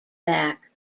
back